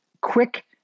quick